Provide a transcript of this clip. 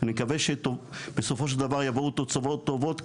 אני מקווה שבסופו של דבר יבואו מזה תוצאות טובות,